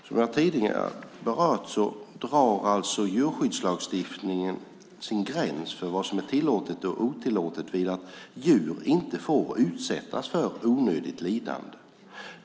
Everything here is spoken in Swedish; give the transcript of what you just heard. Jag har tidigare berört att djurskyddslagstiftningen drar sin gräns för vad som är tillåtet och otillåtet vid att djur inte får utsättas för onödigt lidande.